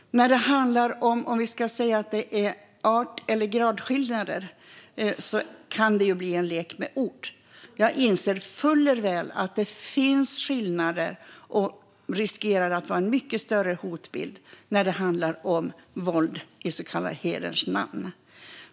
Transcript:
När det handlar om huruvida det är art eller gradskillnader kan det bli en lek med ord. Jag inser fuller väl att det finns skillnader och att det riskerar att vara en mycket större hotbild när det handlar om våld i den så kallade hederns namn.